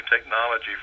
technology